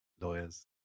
lawyers